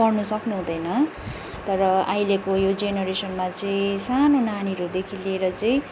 पढ्नु सक्नुहुँदैन तर अहिलेको यो जेनरेसनमा चाहिँ सानो नानीहरूदेखि लिएर चाहिँ